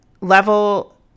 level